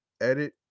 edit